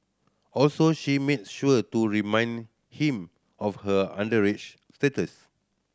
also she made sure to remind him of her underage status